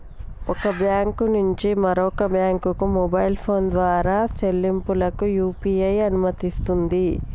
ఒక బ్యాంకు నుంచి మరొక బ్యాంకుకు మొబైల్ ఫోన్ ద్వారా చెల్లింపులకు యూ.పీ.ఐ అనుమతినిస్తుంది